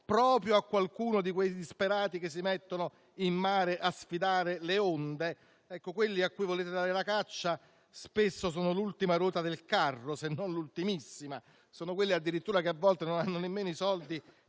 proprio a qualcuno di quei disperati, che si mettono in mare a sfidare le onde? Quelli a cui volete dare la caccia, spesso, sono l'ultima ruota del carro, se non l'ultimissima; sono quelli che addirittura, a volte, non hanno nemmeno i soldi